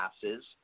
passes